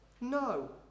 No